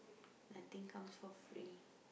nothing comes for free